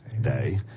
day